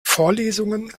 vorlesungen